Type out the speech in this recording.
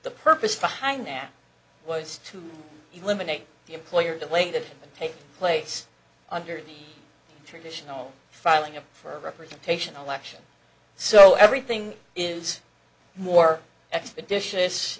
purpose behind that was to eliminate the employer delay to take place under the traditional filing of for representation of election so everything is more expeditious